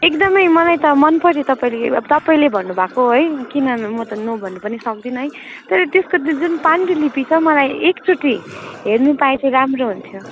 एकदम मलाई त मन पऱ्यो तपाईँले अब तपाईँले भन्नु भएको है किन म त नो भन्नु पनि सक्दिनँ है तर त्यसको जुन पाण्डुलिपि छ मलाई एक चोटि हेर्नु पाए चाहिँ राम्रो हुन्थ्यो